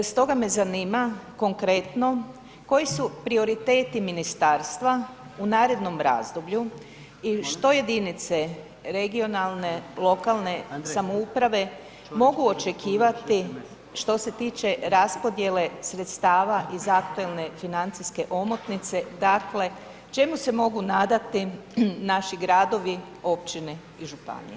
Stoga me zanima, konkretno, koji su prioriteti ministarstva u narednom razdoblju i što jedinice regionalne lokalne samouprave mogu očekivati što se tiče raspodijele sredstava iz aktualne financijske omotnice, dakle, čemu se mogu nadati naši gradovi, općine i županije?